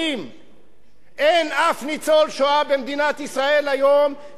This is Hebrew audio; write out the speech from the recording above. אין היום במדינת ישראל אף ניצול שואה שממצה את זכויותיו,